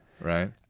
right